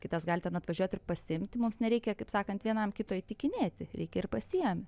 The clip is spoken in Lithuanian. kitas gali ten atvažiuoti ir pasiimti mums nereikia kaip sakant vienam kito įtikinėti reikia ir pasiimi